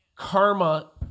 Karma